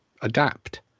adapt